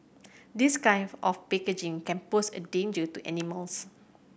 this kind of packaging can pose a danger to animals